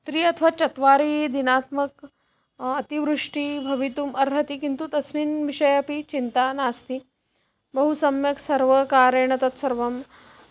त्रि अथवा चत्वारि दिनात्मके अतिवृष्टिः भवितुम् अर्हति किन्तु तस्मिन् विषये अपि चिन्ता नास्ति बहु सम्यक् सर्वकारेण तत्सर्वं